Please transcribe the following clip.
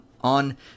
on